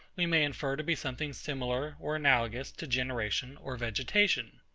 we may infer to be something similar or analogous to generation or vegetation.